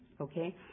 Okay